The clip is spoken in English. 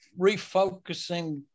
refocusing